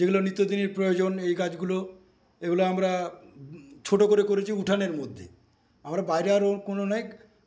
যেগুলো নিত্যদিনের প্রয়োজন এই গাছগুলো এগুলো আমরা ছোটো করে করেছি উঠানের মধ্যেই আবার বাইরে আর কোনো নাইক